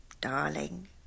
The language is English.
darling